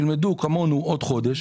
כך שילמדו כמונו עוד חודש,